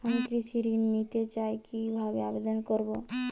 আমি কৃষি ঋণ নিতে চাই কি ভাবে আবেদন করব?